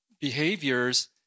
behaviors